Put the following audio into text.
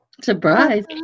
surprise